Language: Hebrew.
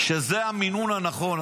שזה המינון הנכון.